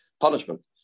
punishment